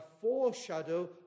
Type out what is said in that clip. foreshadow